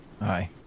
aye